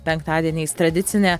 penktadieniais tradicinė